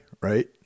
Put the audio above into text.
right